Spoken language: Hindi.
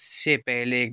से पहले